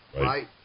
right